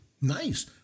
Nice